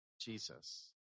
Jesus